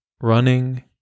Running